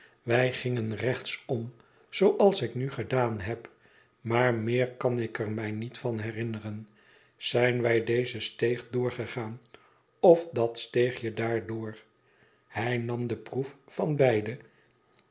wij gingen rechtsom zooals ik nu gedaan heb maar meer kan ik er mij niet vanherinneren zijn wij deze steeg doorgegaan of dat steegje daar door hij nam de proef van beide